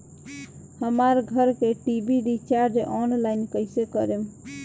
हमार घर के टी.वी रीचार्ज ऑनलाइन कैसे करेम?